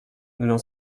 n’en